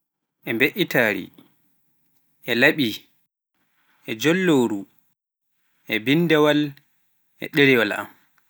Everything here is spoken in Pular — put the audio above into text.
e mbe'itari, e laɓi, e jolloruu, e binndawal e ɗerewaal.